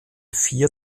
vier